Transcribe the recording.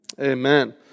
Amen